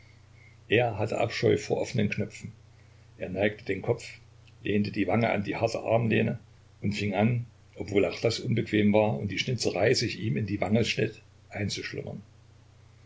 er hatte abscheu vor offenen knöpfen er neigte den kopf lehnte die wange an die harte armlehne und fing an obwohl auch das unbequem war und die schnitzerei sich ihm in die wange schnitt einzuschlummern